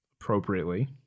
appropriately